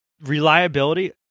Reliability